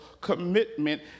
commitment